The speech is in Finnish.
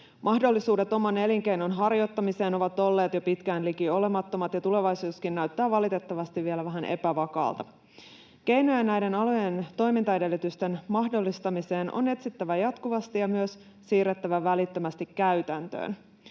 Mahdollisuudet oman elinkeinon harjoittamiseen ovat olleet jo pitkään liki olemattomat, ja tulevaisuuskin näyttää valitettavasti vielä vähän epävakaalta. Keinoja näiden alojen toimintaedellytysten mahdollistamiseen on etsittävä jatkuvasti ja myös siirrettävä välittömästi käytäntöön.